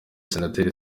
senateri